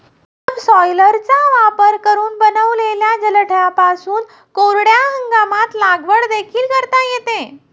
सबसॉयलरचा वापर करून बनविलेल्या जलसाठ्यांपासून कोरड्या हंगामात लागवड देखील करता येते